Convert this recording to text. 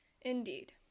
Indeed